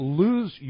lose